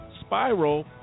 spiral